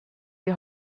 die